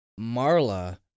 Marla